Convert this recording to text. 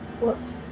Whoops